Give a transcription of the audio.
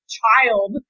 child